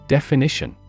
Definition